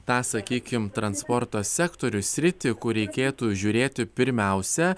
tą sakykim transporto sektorių sritį kur reikėtų žiūrėti pirmiausia